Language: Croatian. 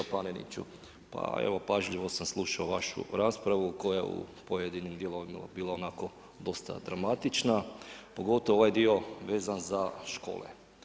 Kolega Paneniću, pa evo, pažljivo sam slušao vašu raspravu koja je u pojedinim dijelovima bila onako dosta dramatična, pogotovo ovaj dio vezan za škole.